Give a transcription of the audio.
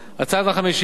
הצעד החמישי,